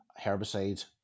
herbicides